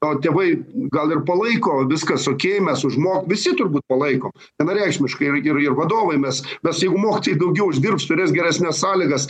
o tėvai gal ir palaiko viskas okei mes už mo visi turbūt palaiko vienareikšmiškai ir ir ir vadovai mes nes jeigu mokytojai daugiau uždirbs turės geresnes sąlygas